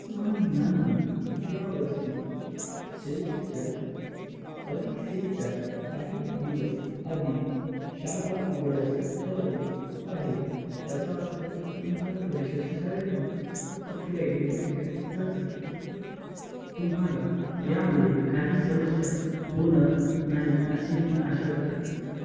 म्हणून आम्ही यावर्षी शेवटच्या परीक्षेच्या काही दिवस आधी शाळा उघडायचं ठरवलं आहे याचा अर्थ तुमच्या परीक्षा शाळेतून ऑफलाईन घेतल्या जातील तुम्हाला यामुळे काही समस्या होणार नाही अशी मी आशा करते